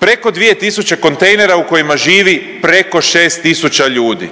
Preko 2.000 kontejnera u kojima živi preko 6.000 ljudi,